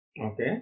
Okay